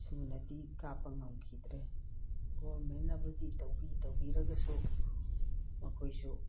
ꯁꯨꯅꯗꯤ ꯀꯥꯞꯄ ꯉꯝꯈꯤꯗ꯭ꯔꯦ ꯒꯣꯔꯃꯦꯟꯅꯕꯨꯗꯤ ꯇꯧꯕꯤ ꯇꯧꯕꯤꯔꯒꯁꯨ ꯃꯈꯣꯏꯁꯨ